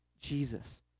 Jesus